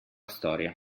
storia